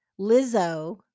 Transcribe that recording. Lizzo